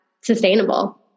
sustainable